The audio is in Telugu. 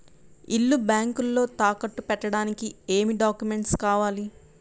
ఇల్లు బ్యాంకులో తాకట్టు పెట్టడానికి ఏమి డాక్యూమెంట్స్ కావాలి?